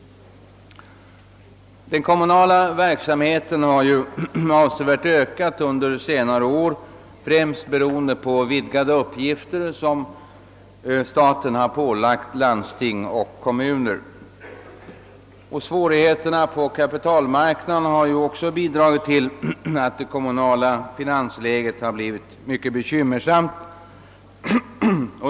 Den kommunala verksamheten har ökat avsevärt under senare år, främst beroende på de vidgade uppgifter som staten pålagt landsting och kommuner. Svårigheterna på kapitalmarknaden har också bidragit till att det kommunala finansläget blivit mycket bekymmersamt.